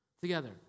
together